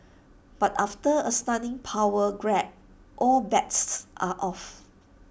but after A stunning power grab all bets are off